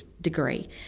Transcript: degree